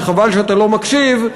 חבל שאתה לא מקשיב,